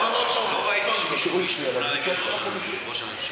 לא ראיתי שמישהו הגיש תלונה נגד ראש הממשלה,